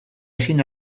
ezin